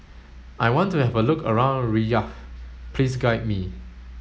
I want to have a look around Riyadh please guide me